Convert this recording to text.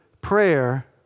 prayer